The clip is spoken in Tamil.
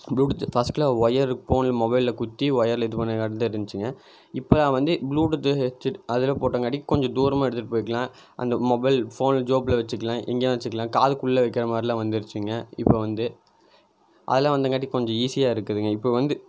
ப்ளூடூத் ஃபஸ்ட்ல ஒயர் ஃபோன் மொபைல்ல குத்தி ஒயர்ல இது பண்ணி நடந்துகிட்டு இருந்திச்சுங்க இப்போ வந்து ப்ளூடூத் ஹெட்செட் அதில் போட்டங்காட்டியும் கொஞ்சம் தூரமாக எடுத்துட்டு போய்க்கலாம் அந்த மொபைல் ஃபோன் ஜோப்ல வச்சிக்கலாம் இங்கேயும் வச்சிக்கலாம் காதுக்குள்ள வைக்கிறமாதிரிலாம் வந்துருச்சிங்க இப்போ வந்து அதெல்லாம் வந்தங்காட்டியும் கொஞ்சம் ஈஸியாக இருக்குதுங்க இப்போ வந்து